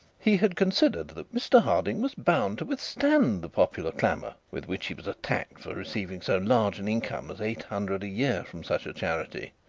he had considered that mr harding was bound to withstand the popular clamour with which he was attacked for receiving so large an income as eight hundred a year from such a charity,